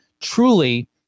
truly